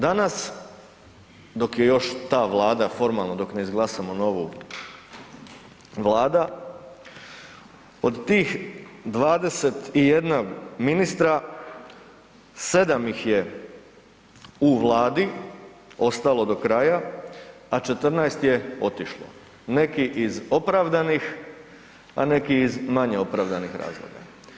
Danas dok je još ta vlada formalno dok ne izglasamo novu vladu, od tih 21 ministra 7 ih je u vladi ostalo do kraja, a 14 je otišlo, neki iz opravdanih, a neki iz manje opravdanih razloga.